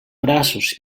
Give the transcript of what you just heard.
braços